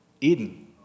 Eden